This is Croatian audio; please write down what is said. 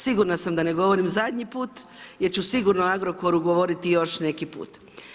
Sigurna sam da ne govorim zadnji put, jer ću sigurno o Agrokoru govoriti još neki put.